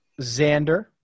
Xander